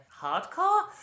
hardcore